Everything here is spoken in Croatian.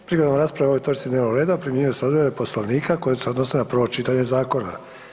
Prigodom rasprave o ovoj točci dnevnog reda primjenjuju odredbe Poslovnika koje se odnose na prvo čitanje zakona.